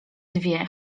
dwie